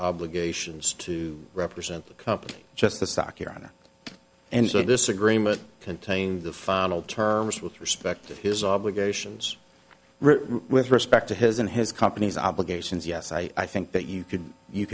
obligations to represent the company just the stock your honor and so this agreement contained the final terms with respect to his obligations respect to his and his company's obligations yes i i think that you could you